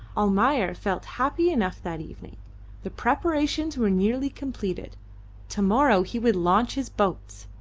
almayer felt happy enough that evening the preparations were nearly completed to-morrow he would launch his boats.